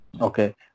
Okay